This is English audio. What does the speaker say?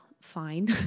fine